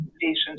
patients